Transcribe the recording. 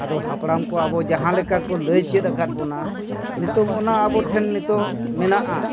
ᱟᱫᱚ ᱦᱟᱯᱲᱟᱢ ᱠᱚ ᱟᱵᱚ ᱡᱟᱦᱟᱸ ᱞᱮᱠᱟ ᱠᱚ ᱞᱟᱹᱭ ᱪᱮᱫ ᱟᱠᱟᱫ ᱵᱚᱱᱟ ᱱᱤᱛᱚᱜ ᱚᱱᱟ ᱟᱵᱚ ᱴᱷᱮᱱ ᱱᱤᱛᱚᱜ ᱢᱮᱱᱟᱜᱼᱟ